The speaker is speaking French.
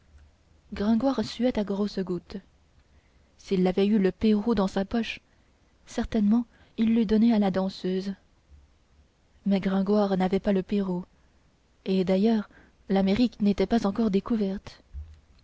gringoire suait à grosses gouttes s'il avait eu le pérou dans sa poche certainement il l'eût donné à la danseuse mais gringoire n'avait pas le pérou et d'ailleurs l'amérique n'était pas encore découverte